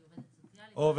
היא עובדת סוציאלית?